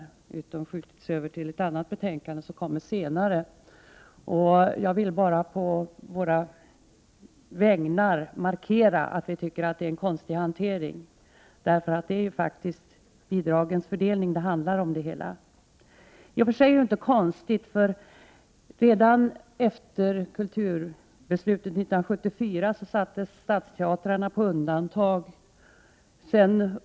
I stället tas den här frågan upp i ett annat betänkande som kommer att presenteras senare. Jag vill bara å motionärernas vägnar markera att vi tycker att det är en konstig ordning. Det handlar ju faktiskt om hanteringen av bidragen. I och för sig är det inte så konstigt att det har blivit så här, för redan efter kulturbeslutet 1974 sattes stadsteatrarna på undantag.